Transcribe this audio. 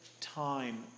time